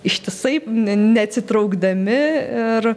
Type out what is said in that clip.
ištisai ne neatsitraukdami ir